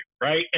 right